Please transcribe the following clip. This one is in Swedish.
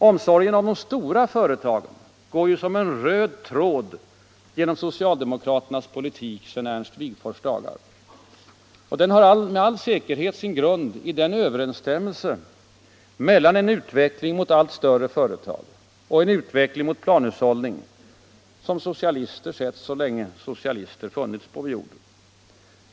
Omsorgen om de stora företagen går som en röd tråd genom socialdemokratins politik sedan Ernst Wigforss dagar. Den har med all säkerhet sin grund i den överensstämmelse mellan en utveckling mot allt större företag och en utveckling mot planhushållning som socialister sett så länge socialister funnits på vår jord.